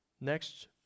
Next